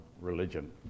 religion